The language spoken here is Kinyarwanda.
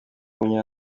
gushika